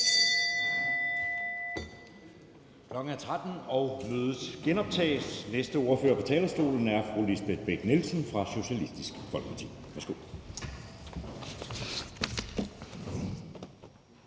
Klokken er 13, og mødet genoptages. Næste ordfører på talerstolen er fru Lisbeth Bech-Nielsen fra Socialistisk Folkeparti. Værsgo.